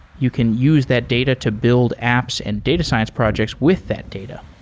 you can use that data to build apps and data science projects with that data,